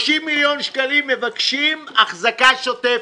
30 מיליון שקלים מבקשים לאחזקה שוטפת.